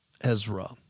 Ezra